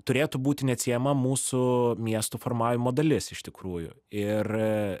turėtų būti neatsiejama mūsų miestų formavimo dalis iš tikrųjų ir